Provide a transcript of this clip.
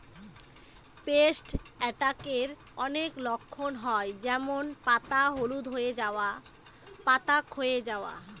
paste অ্যাটাকের অনেক লক্ষণ হয় যেমন পাতা হলুদ হয়ে যাওয়া, পাতা ক্ষয়ে যাওয়া